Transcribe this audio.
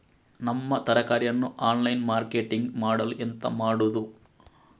ನಮ್ಮ ತರಕಾರಿಯನ್ನು online marketing ಮಾಡಲು ಎಂತ ಮಾಡುದು?